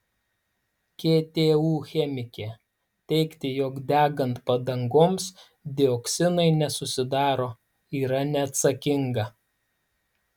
ktu chemikė teigti jog degant padangoms dioksinai nesusidaro yra neatsakinga